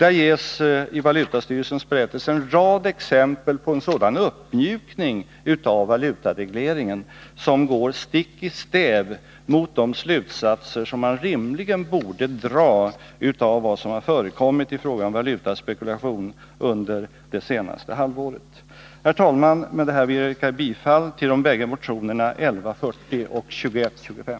I valutastyrelsens berättelse ges en rad exempel på en sådan uppmjukning av valutaregleringen som går stick i stäv mot de slutsatser som man rimligen borde dra av vad som har förekommit i fråga om valutaspekulation under det senaste halvåret. Herr talman! Med detta yrkar jag bifall till de bägge motionerna 1140 och 2125.